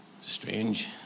strange